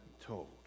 told